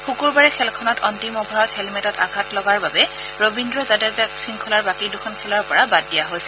শুকুৰবাৰৰ খেলখনত অন্তিম অভাৰত হেলমেটত আঘাত লগাৰ বাবে ৰবীন্দ্ৰ জাদেজাক শৃংখলাৰ বাকী দুখন খেলৰ পৰা বাদ দিয়া হৈছে